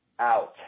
out